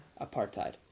Apartheid